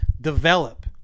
develop